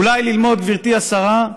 אולי ללמוד, גברתי השרה,